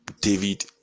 David